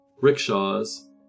rickshaws